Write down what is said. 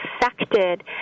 affected